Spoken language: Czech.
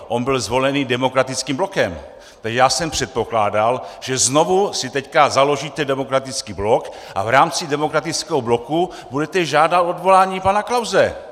On byl zvolený demokratickým blokem, takže já jsem předpokládal, že znovu si teď založíte demokratický blok a v rámci demokratického bloku budete žádat odvolání pana Klause.